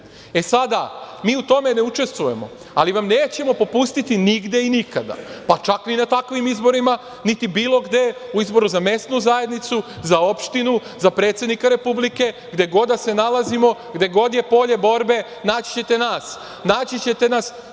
E, sada, mi u tome ne učestvujemo, ali vam nećemo popustiti nigde i nikada, pa čak ni na takvim izborima, niti bilo gde u izboru za mesnu zajednicu, za opštinu, za predsednika Republike, gde god da se nalazimo, gde god je polje borbe, naći ćete nas,